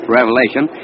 Revelation